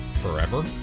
forever